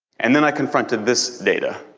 and then i confronted this data,